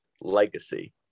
Legacy